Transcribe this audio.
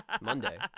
Monday